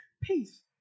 peace